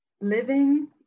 living